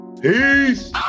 Peace